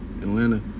Atlanta